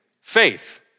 faith